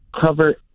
cover